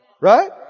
Right